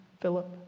Philip